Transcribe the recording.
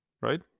right